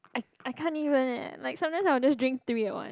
I I can't even leh like sometimes I will just drink three at once